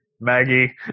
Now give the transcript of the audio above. Maggie